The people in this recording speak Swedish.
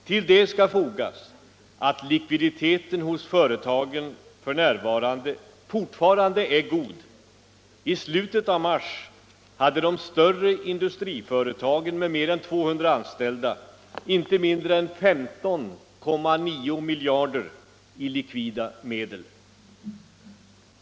Till detta skall fogas att likviditeten hos företagen fortfarande är god. I slutet av mars hade de större industriföretagen med mer än 200 anställda inte mindre än 15,9 miljarder i likvida medel.